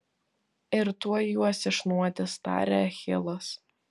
ir tuoj juos išnuodys tarė achilas